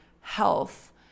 health